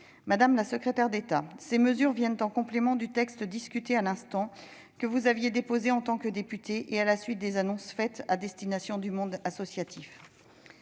Madame la secrétaire d'État, ces mesures viennent en complément du texte discuté à l'instant, que vous aviez déposé, en tant que députée, à la suite des annonces faites à destination du monde associatif.